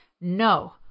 No